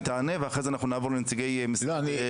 היא תענה ואחרי זה נעבור לנציגי משרד הבריאות.